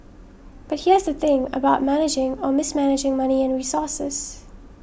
but here's the thing about managing or mismanaging money and resources